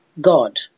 God